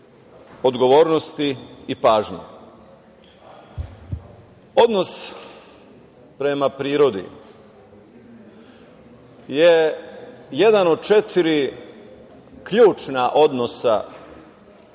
odgovornosti i pažnje. Odnos prema prirodi je jedan od četiri ključna odnosa kojim